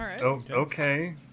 okay